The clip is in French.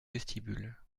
vestibule